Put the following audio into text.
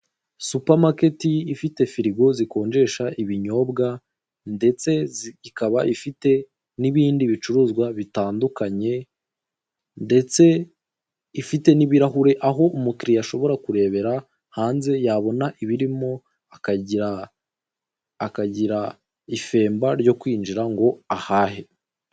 Supermarket ifite firigo zikonjesha ibinyobwa ndetse ikaba ifite n'ibindi bicuruzwa bitandukanye ndetse ifite n'ibirahure aho umukiriya ashobora kurebera hanze yabona ibirimo akagira, akagira ifemba ryo kwinjira ngo ahahe.